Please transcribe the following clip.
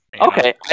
Okay